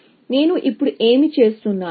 కాబట్టి నేను ఇప్పుడు ఏమి చేస్తున్నాను